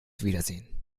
wiedersehen